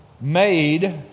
made